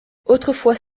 autrefois